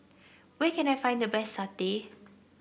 where can I find the best satay